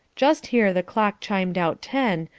just here the clock chimed out ten,